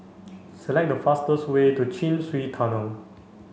select the fastest way to Chin Swee Tunnel